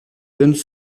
donnent